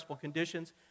conditions